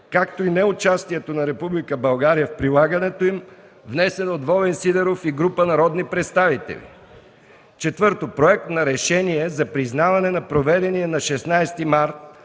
както и неучастието на Република България в прилагането им, внесен от Волен Сидеров и група народни представители. 4. Проект на решение за признаване на проведения на 16 март